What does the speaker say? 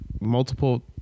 multiple